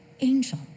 angel